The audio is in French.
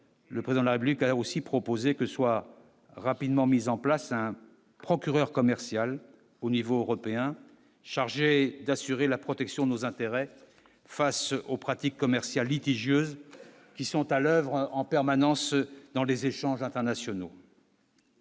le président de la République a aussi proposé que soit rapidement mis en place un procureur commercial au niveau européen, chargé d'assurer la protection de nos intérêts face aux pratiques commerciales litigieuses qui sont à l'oeuvre en permanence dans les échanges internationaux.